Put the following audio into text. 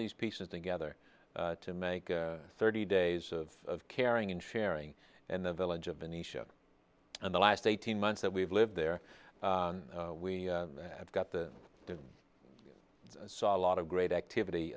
these pieces together to make thirty days of caring and sharing and the village of any show and the last eighteen months that we've lived there we have got the saw a lot of great activity